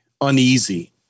uneasy